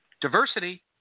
Diversity